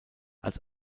als